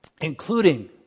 including